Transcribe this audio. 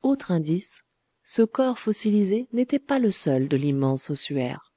autre indice ce corps fossilisé n'était pas le seul de l'immense ossuaire